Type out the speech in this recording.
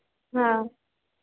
हा